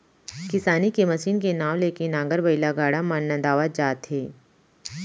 किसानी के मसीन के नांव ले के नांगर, बइला, गाड़ा मन नंदावत जात हे